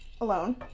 alone